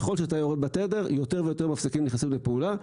ככל שאתה יורד בתדר יותר ויותר מפסקים נכנסים לפעולה.